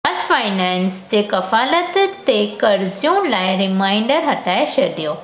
Bajaj finance जे कफालत ते कर्ज़ो लाइ रिमाइंडर हटाए छॾियो